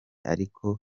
ariko